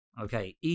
okay